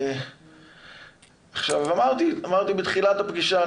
אמרתי בתחילת הפגישה,